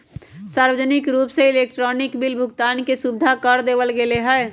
सार्वजनिक रूप से इलेक्ट्रॉनिक बिल भुगतान के सुविधा कर देवल गैले है